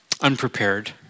unprepared